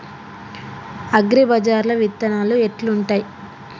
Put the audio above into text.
అగ్రిబజార్ల విత్తనాలు ఎట్లుంటయ్?